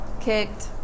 kicked